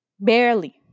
Barely